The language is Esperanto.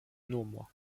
nomo